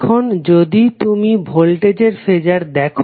এখন যদি তুমি ভোল্টেজের ফেজার দেখো